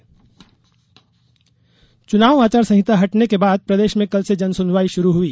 जन सुनवाई चुनाव आचार संहिता हटने के बाद प्रदेश में कल से जनसुनवाई शुरू हुई